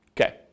Okay